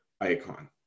icon